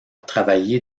travaillé